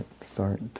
start